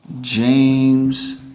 James